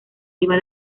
iba